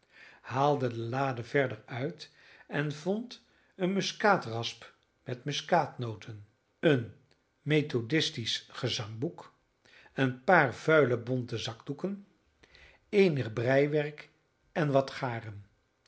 haalde de laden verder uit en vond een muskaatrasp met muskaatnoten een methodistisch gezangboek een paar vuile bonte zakdoeken eenig breiwerk en wat garen